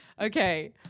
Okay